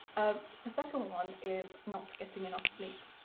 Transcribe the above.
ah the second one is not getting enough sleep.